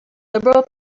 liberal